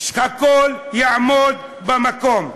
הכול יעמוד במקום.